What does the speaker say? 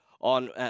on